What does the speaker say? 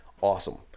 Awesome